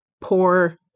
poor